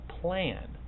plan